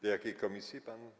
Do jakiej komisji pan.